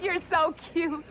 you're so cute